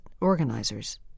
organizers